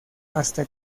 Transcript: hasta